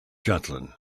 jutland